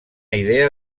idea